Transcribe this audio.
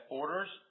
orders